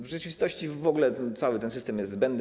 W rzeczywistości w ogóle cały ten system jest zbędny.